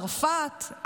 צרפת,